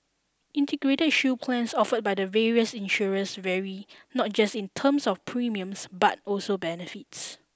Integrated Shield Plans offered by the various insurers vary not just in terms of premiums but also benefits